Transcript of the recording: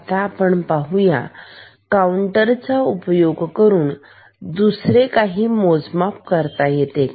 आता आपण काउंटर चा उपयोग करून दुसरे काही मोजमाप करू शकतो का